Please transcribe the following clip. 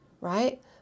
Right